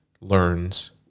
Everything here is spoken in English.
learns